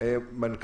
אני